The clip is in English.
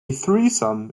threesome